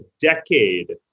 decade